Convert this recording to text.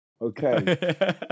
okay